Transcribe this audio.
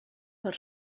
per